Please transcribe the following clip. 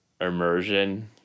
immersion